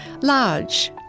Large